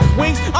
wings